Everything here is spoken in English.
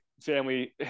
family